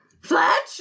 Fletch